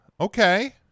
okay